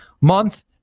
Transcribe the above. month